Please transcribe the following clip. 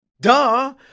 duh